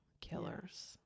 killers